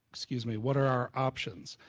excuse me, what are our options?